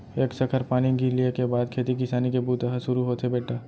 एक सखर पानी गिर लिये के बाद खेती किसानी के बूता ह सुरू होथे बेटा